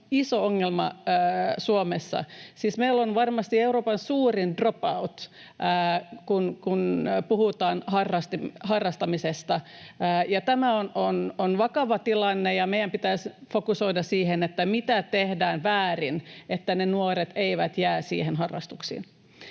ongelma Suomessa. Siis meillä on varmasti Euroopan suurin drop out, kun puhutaan harrastamisesta. Tämä on vakava tilanne, ja meidän pitäisi fokusoida siihen, mitä tehdään väärin, kun ne nuoret eivät jää niihin harrastuksiin.